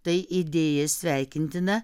tai idėja sveikintina